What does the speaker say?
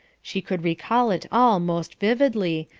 she could recall it all most vividly,